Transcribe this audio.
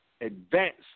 advanced